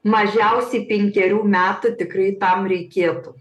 mažiausiai penkerių metų tikrai tam reikėtų